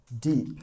deep